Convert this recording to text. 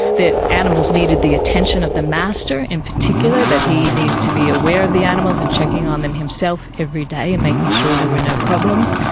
the animals needed the intention of the master in particular, that he needed to be aware of the animals and checking on them himself every day and making sure there were no problems,